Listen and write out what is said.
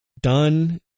done